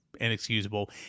Inexcusable